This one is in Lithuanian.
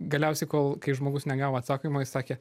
galiausiai kol kai žmogus negavo atsakymo jis sakė